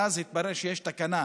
ואז התברר שיש תקנה